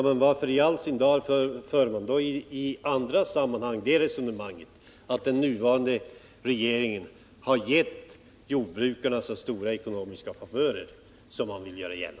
Men varför i all sin dar för man då i andra sammanhang det resonemanget att den nuvarande regeringen har gett jordbrukarna så stora ekonomiska favörer, vilket man ju också vill hävda?